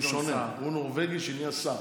הוא שונה, הוא נורבגי שנהיה שר.